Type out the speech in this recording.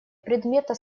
предмета